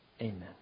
Amen